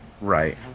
right